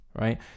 right